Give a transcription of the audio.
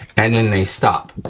and then they stop,